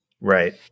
Right